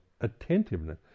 attentiveness